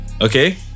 okay